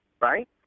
right